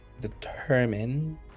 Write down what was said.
determine